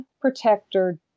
Protector